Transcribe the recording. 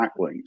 backlinks